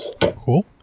Cool